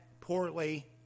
poorly